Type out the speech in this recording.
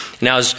Now